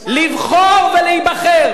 לבחור ולהיבחר,